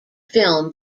film